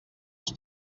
els